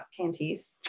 panties